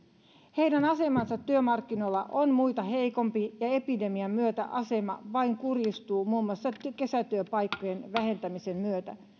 heidän asemansa työmarkkinoilla on muita heikompi ja epidemian myötä asema vain kurjistuu muun muassa kesätyöpaikkojen vähentämisen myötä